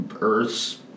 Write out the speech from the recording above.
Earth's